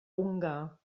ungar